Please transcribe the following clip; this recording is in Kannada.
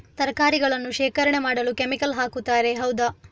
ತರಕಾರಿಗಳನ್ನು ಶೇಖರಣೆ ಮಾಡಲು ಕೆಮಿಕಲ್ ಹಾಕುತಾರೆ ಹೌದ?